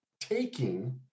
taking